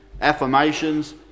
affirmations